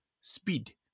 speed